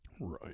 Right